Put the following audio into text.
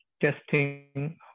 testing